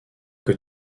que